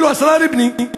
אפילו השרה לבני: